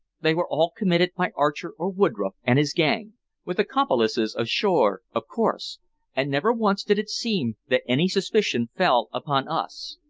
they were all committed by archer or woodroffe and his gang with accomplices ashore, of course and never once did it seem that any suspicion fell upon us.